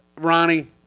Ronnie